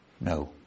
No